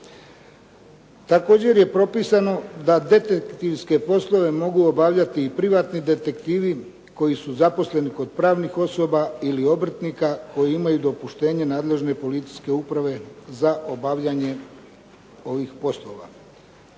Također je propisano da detektivske poslove mogu obavljati i privatni detektivi koji su zaposleni kod pravnih osoba ili obrtnika koji imaju dopuštenje nadležne policijske uprave za obavljanje ovih poslova.